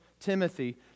Timothy